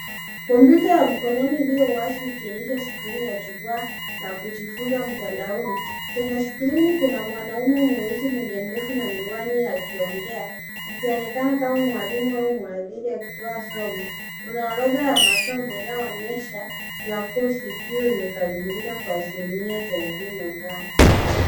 Kompyuta ya mkononi iliyo wazi ikionyesha skrini ya jukwaa la kujifunza mtandaoni. Kwenye skrini kuna mwanaume mweusi mwenye ndevu na miwani akiongea akionekana kama mwalimu au mhadhiri akitoa somo. Kuna orodha ya masomo inayoonyesha kozi ikiwa imekamilika kwa asilimia thelathini na tano.